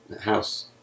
house